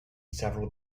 several